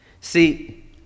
See